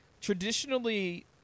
Traditionally